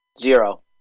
Zero